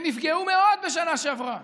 שנפגעו מאוד בשנה שעברה,